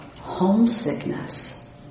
homesickness